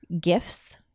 gifts